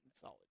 solid